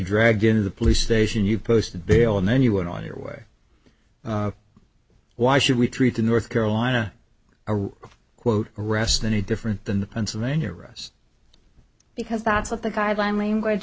drag in the police station you posted bail and then you went on your way why should we treat the north carolina are quote arrest any different than the pennsylvania rest because that's not the guideline language